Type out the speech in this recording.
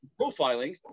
profiling